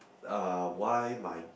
uh why my